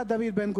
2) (יד דוד בן-גוריון),